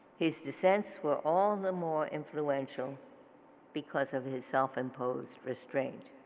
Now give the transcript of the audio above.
his dissents were all the more influential because of his self imposed restraint.